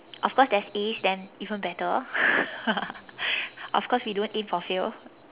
of course there's As then even better of course we don't aim for fail